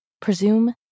Presume